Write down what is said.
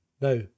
Now